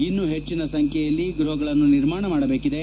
ಇನ್ನೂ ಹೆಚ್ಚಿನ ಸಂಖ್ಯೆಯಲ್ಲಿ ಗೃಹ ನಿರ್ಮಾಣ ಮಾಡಬೇಕಾಗಿದೆ